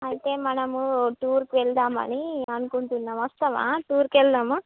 అయితే మనము టూర్కి వెళ్దామని అనుకుంటున్నాము వస్తావా టూర్కి వెళ్దామా